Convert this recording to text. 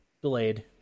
delayed